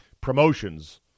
promotions